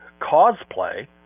cosplay